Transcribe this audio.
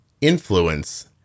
influence